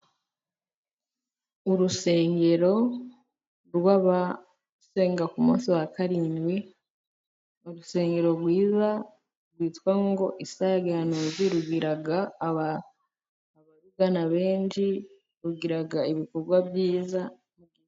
Urusengero rwabasenga ku munsi wa karindwi, urusengero rwiza, rwitwa ngo isangihano ry'irubiga aba abagana benshi bagiraga ibikorwa byiza.